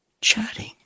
chatting